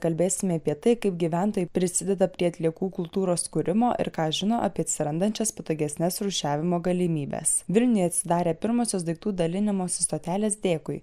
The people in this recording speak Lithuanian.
kalbėsime apie tai kaip gyventojai prisideda prie atliekų kultūros kūrimo ir ką žino apie atsirandančias patogesnes rūšiavimo galimybes vilniuje atsidarė pirmosios daiktų dalinimosi stotelės dėkui